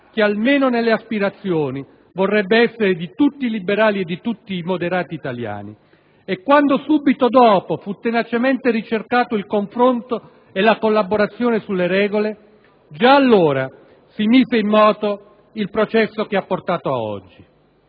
che, almeno nelle aspirazioni, vorrebbe essere di tutti i liberali e di tutti i moderati italiani; e quando subito dopo fu tenacemente ricercato il confronto e la collaborazione sulle regole, già allora si mise in moto il processo che ha portato a oggi.